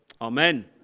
Amen